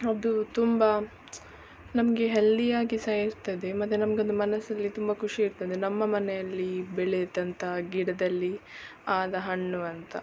ಅದು ತುಂಬ ನಮಗೆ ಹೆಲ್ದಿಯಾಗಿ ಸಹ ಇರ್ತದೆ ಮತ್ತೆ ನಮಗೊಂದು ಮನಸ್ಸಲ್ಲಿ ತುಂಬ ಖುಷಿಯಿರ್ತದೆ ನಮ್ಮ ಮನೆಯಲ್ಲಿ ಬೆಳೆದಂಥ ಗಿಡದಲ್ಲಿ ಆದ ಹಣ್ಣು ಅಂಥ